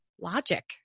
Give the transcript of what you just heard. logic